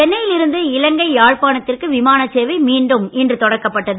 சென்னையில் இருந்து இலங்கை யாழ்ப்பாணத்திற்கு விமானச் சேவை மீண்டும் இன்று தொடக்கப்பட்டது